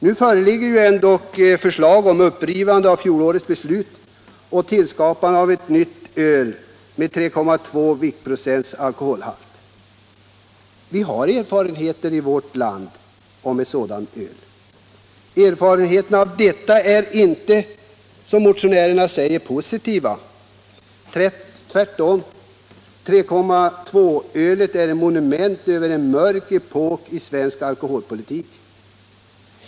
Nu föreligger ändå förslag om upprivande av fjolårets beslut och tillskapande av ett nytt öl med 3,2 viktprocent alkohol. Vi har erfarenheter i vårt land av ett sådant öl. Erfarenheterna av detta är inte, som motionärerna säger, positiva. Tvärtom, 3,2-procentölet är ett monument över en mörk epok i svensk alkoholpolitik.